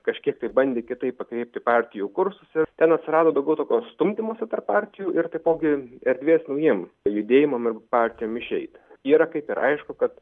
kažkiek tai bandė kitaip pakreipti partijų kursus ir ten atsirado daugiau tokio stumdymosi tarp partijų ir taipogi erdvės naujiem judėjimam ir partijom išeit yra kaip ir aišku kad